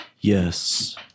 yes